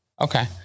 Okay